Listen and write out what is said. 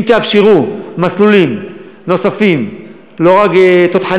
יש אלפים שממתינים